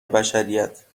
بشریت